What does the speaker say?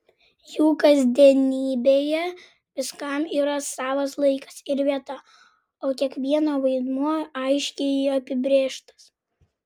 jų kasdienybėje viskam yra savas laikas ir vieta o kiekvieno vaidmuo aiškiai apibrėžtas